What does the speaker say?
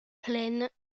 plaines